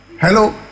Hello